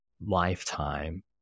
lifetime